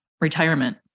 retirement